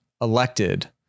elected